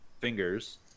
fingers